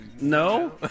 No